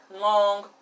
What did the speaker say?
long